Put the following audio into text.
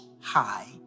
High